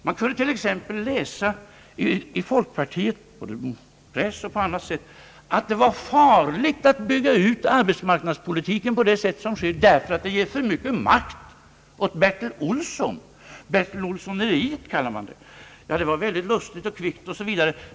Man kunde t.ex. läsa i folkpartiets press att det var farligt att bygga ut arbetsmarknadspolitiken på det sätt som sker därför att det ger för mycket makt åt Bertil Olsson — »Bertil-Olssoneriet» kallade man det. Det var mycket lustigt och kvickt.